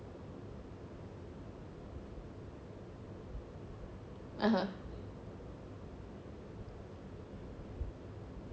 (uh huh)